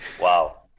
Wow